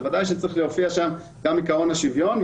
ובוודאי שצריך להופיע שם גם עקרון השוויון.